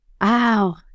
wow